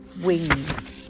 wings